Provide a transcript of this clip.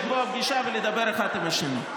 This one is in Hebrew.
לקבוע פגישה ולדבר אחד עם השני.